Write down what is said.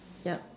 ya